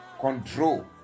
control